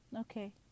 Okay